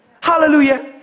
hallelujah